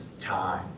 time